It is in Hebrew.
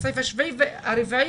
הסעיף הרביעי,